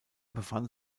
befand